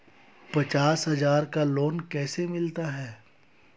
पचास हज़ार का लोन कैसे मिलता है?